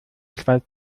schweiz